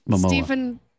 Stephen